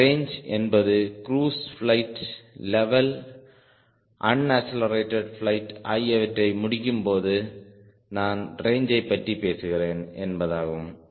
இந்த ரேஞ்ச் என்பது cruise flight level unaccelerated flight ஆகியவற்றை முடிக்கும்போது நான் ரேஞ்சை பற்றி பேசுகிறேன் என்பதாகும்